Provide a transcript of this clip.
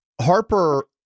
Harper